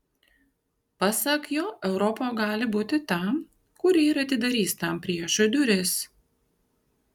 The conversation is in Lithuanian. pasak jo europa gali būti ta kuri ir atidarys tam priešui duris